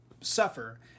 suffer